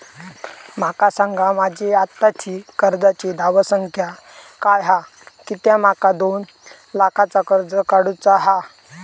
माका सांगा माझी आत्ताची कर्जाची धावसंख्या काय हा कित्या माका दोन लाखाचा कर्ज काढू चा हा?